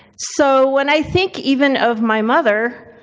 so when i think even of my mother,